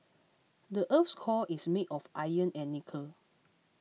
the earth's core is made of iron and nickel